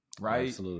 right